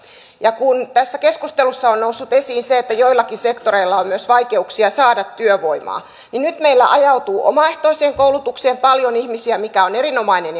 ja kun tässä keskustelussa on noussut esiin se että joillakin sektoreilla on myös vaikeuksia saada työvoimaa niin nyt meillä ajautuu omaehtoiseen koulutukseen paljon ihmisiä mikä on erinomainen